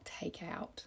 takeout